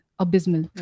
abysmal